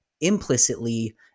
implicitly